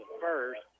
first